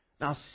Now